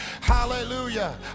hallelujah